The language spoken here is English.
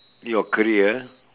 your career